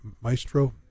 Maestro